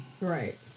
Right